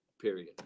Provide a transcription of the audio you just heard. Period